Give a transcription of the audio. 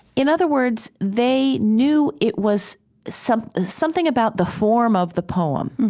in other words, they knew it was something something about the form of the poem,